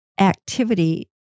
Activity